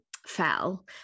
Fell